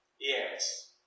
Yes